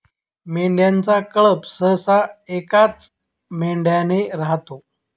मेंढ्यांचा कळप सहसा एकाच मेंढ्याने राहतो